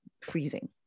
freezing